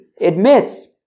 admits